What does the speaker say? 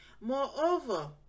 moreover